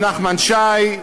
עם נחמן שי,